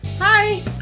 Hi